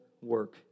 work